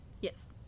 Yes